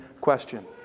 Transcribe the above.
question